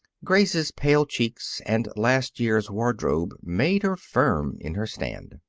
grace's pale cheeks and last year's wardrobe made her firm in her stand.